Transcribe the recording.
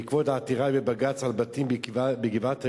בעקבות העתירה לבג"ץ על בתים בגבעת-היובל,